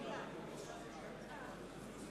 רוני בר-און, מצביע חבר הכנסת גנאים,